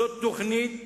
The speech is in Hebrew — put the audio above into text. זאת תוכנית